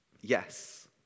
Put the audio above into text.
Yes